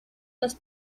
las